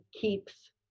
keeps